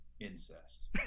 incest